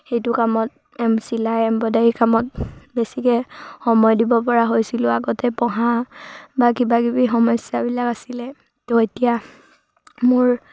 সেইটো কামত চিলাই এম্ব্ৰইডাৰী কামত বেছিকৈ সময় দিব পৰা হৈছিলোঁ আগতে পঢ়া বা কিবা কিবি সমস্যাবিলাক আছিলে ত' এতিয়া মোৰ